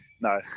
no